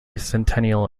centennial